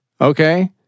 Okay